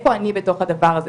איפה אני בתוך הדבר הזה.